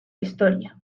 historia